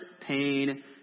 pain